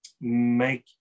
make